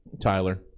tyler